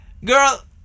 Girl